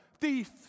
thief